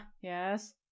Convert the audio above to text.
yes